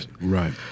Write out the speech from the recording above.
Right